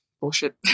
bullshit